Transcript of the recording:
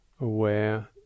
Aware